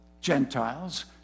Gentiles